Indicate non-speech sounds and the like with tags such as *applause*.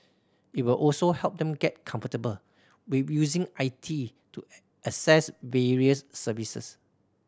it will also help them get comfortable with using I T to *hesitation* access various services